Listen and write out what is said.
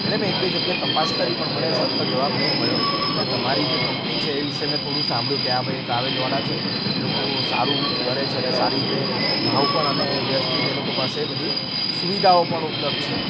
એટલે મેં એક બે જગ્યા તપાસ કરી પણ મને સરખો જવાબ નહીં મળ્યો હવે તમારી જે કંપની છે એ વિશે મેં થોળું સાંભળ્યું કે આ ભાઈ ટ્રાવેલવાળા છે એ લોકો સારું કરે છેને સારી રીતે ભાવ પણ અને વ્યવસ્થિત એ લોકો પાસે બધી સુવિધાઓ પણ ઉપલબ્ધ છે